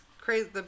crazy